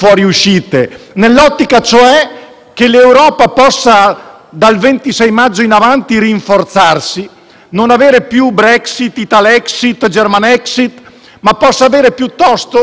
che l'Europa dal 26 maggio in avanti possa rinforzarsi e non avere più Brexit, Italexit, Germanexit, ma possa avere piuttosto una nuova vitalità,